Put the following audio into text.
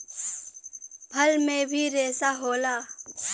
फल में भी रेसा होला